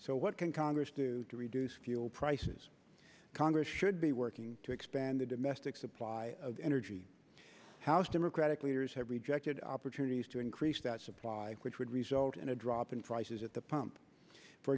so what can congress do to reduce fuel prices congress should be working to expand the domestic supply of energy house democratic leaders have rejected opportunities to increase that supply which would result in a drop in prices at the pump for